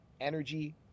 energy